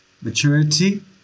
Maturity